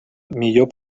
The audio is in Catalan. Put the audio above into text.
millor